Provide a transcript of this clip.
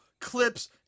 clips